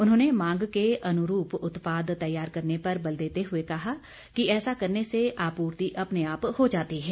उन्होंने मांग के अनुरूप उत्पाद तैयार करने पर बल देते हुए कहा कि ऐसा करने से आपूर्ति अपने आप हो जाती है